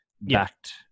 backed